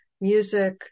music